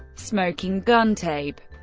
smoking gun tape